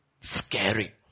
scary